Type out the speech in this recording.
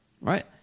right